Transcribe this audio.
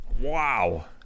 Wow